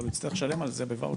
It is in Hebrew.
אבל הוא יצטרך לשלם על זה בואוצ'רים.